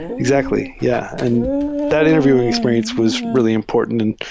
exactly, yeah. and that interview ing experience was really important, and